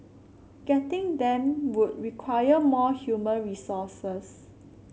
getting them would require more human resources